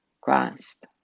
Christ